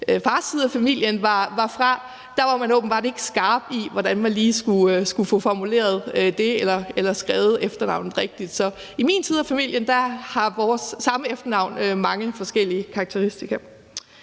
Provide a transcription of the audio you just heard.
fars side af familien var fra, åbenbart ikke var skarp på, hvordan man lige skulle skrive efternavnet rigtigt. Så i min side af familien har det samme efternavn mange forskellige udformninger.